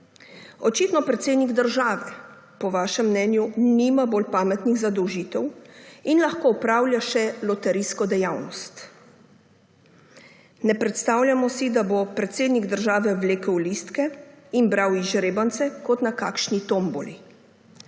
Očitno predsednik države po vašem mnenju nima bolj pametnih zadolžitev in lahko opravlja še loterijsko dejavnost. Ne predstavljamo si, da bo predsednik države vlekel listke in bral izžrebance kot na kakšni tomboli.